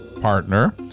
partner